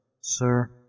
sir